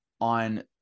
on